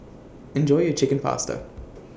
Enjoy your Chicken Pasta